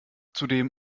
zudem